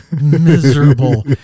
miserable